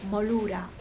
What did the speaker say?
Molura